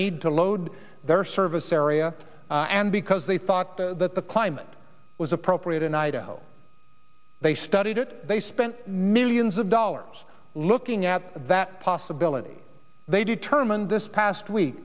need to load their service area and because they thought that the climate was appropriate and i doubt they studied it they spent millions of dollars looking at that possibility they determined this past week